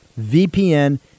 VPN